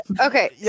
okay